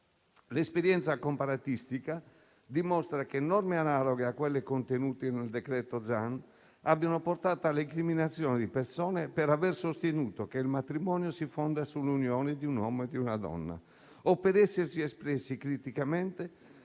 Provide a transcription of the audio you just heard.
L'esperienza comparatistica dimostra come norme analoghe a quelle contenute nel disegno di legge Zan abbiano portato all'incriminazione di persone per aver sostenuto che il matrimonio si fonda sull'unione di un uomo e di una donna o per essersi espressi criticamente